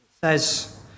says